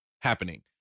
happening